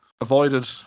avoided